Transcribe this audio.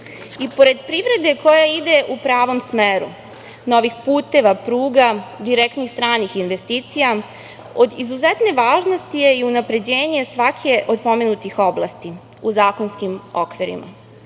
Gore. Pored privrede koja ide u pravom smeru, novih puteva, pruga, direktnih stranih investicija, od izuzetne važnosti je i unapređenje svake od pomenutih oblasti u zakonskim okvirima.